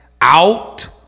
out